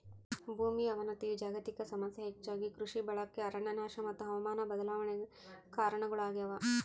ಭೂಮಿಯ ಅವನತಿಯು ಜಾಗತಿಕ ಸಮಸ್ಯೆ ಹೆಚ್ಚಾಗಿ ಕೃಷಿ ಬಳಕೆ ಅರಣ್ಯನಾಶ ಮತ್ತು ಹವಾಮಾನ ಬದಲಾವಣೆ ಕಾರಣಗುಳಾಗ್ಯವ